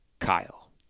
Kyle